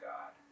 God